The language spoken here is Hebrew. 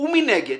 ומנגד